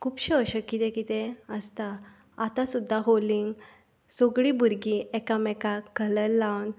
खुबशें अशें कितें कितें आसता आतां सुद्दां होलीक सोगली भुरगीं एकामेकाक कलर लावन